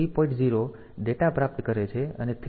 0 data પ્રાપ્ત કરે છે અને 3